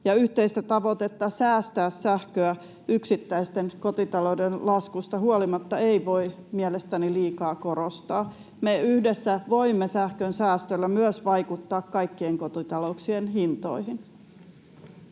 Yhteistä tavoitetta säästää sähköä yksittäisten kotitalouksien laskuista huolimatta ei voi mielestäni liikaa korostaa. Me yhdessä voimme sähkön säästöllä myös vaikuttaa kaikkien kotitalouksien hintoihin.